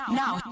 now